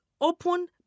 Open